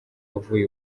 bavuye